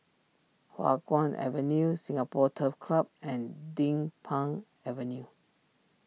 Hua Guan Avenue Singapore Turf Club and Din Pang Avenue